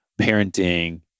parenting